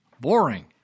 Boring